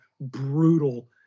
brutal